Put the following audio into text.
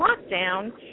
lockdown